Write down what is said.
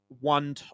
one